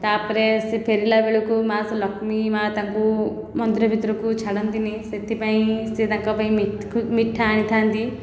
ତାପରେ ସେ ଫେରିଲା ବେଳକୁ ମା' ସେ ଲକ୍ଷ୍ମୀ ମା' ତାଙ୍କୁ ମନ୍ଦିର ଭିତରକୁ ଛାଡ଼ନ୍ତିନି ସେଇଥିପାଇଁ ସେ ତାଙ୍କ ପାଇଁ ମିଠା ଆଣିଥାଆନ୍ତି